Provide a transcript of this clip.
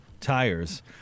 Tires